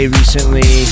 recently